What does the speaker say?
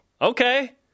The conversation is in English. Okay